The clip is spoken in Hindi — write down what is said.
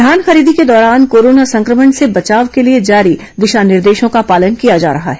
धान खरीदी के दौरान कोरोना संक्रमण से बचाव के लिए जारी दिशा निर्देशों का पालन किया जा रहा है